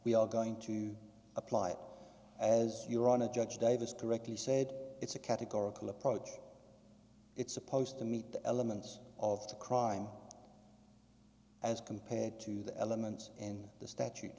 we are going to apply it as your on a judge davis correctly said it's a categorical approach it's supposed to meet the elements of the crime as compared to the elements in the statute